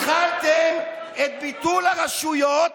התחלתם את ביטול הרשויות